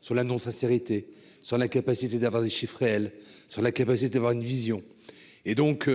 sur la non-sincérité sur la capacité d'avoir des chiffres réels sur la capacité d'avoir une vision et donc,